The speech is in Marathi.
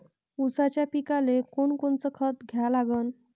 ऊसाच्या पिकाले कोनकोनचं खत द्या लागन?